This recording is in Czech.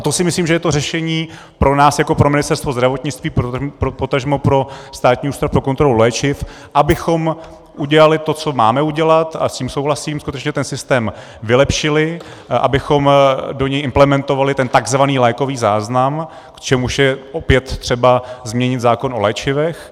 To si myslím, že je to řešení pro nás jako pro Ministerstvo zdravotnictví, potažmo pro Státní ústav pro kontrolu léčiv, abychom udělali to, co máme udělat, a s tím souhlasím, skutečně ten systém vylepšili, abychom do něj implementovali ten tzv. lékový záznam, k čemuž je opět třeba změnit zákon o léčivech.